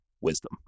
wisdom